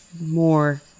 more